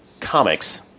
comics